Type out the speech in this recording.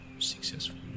successful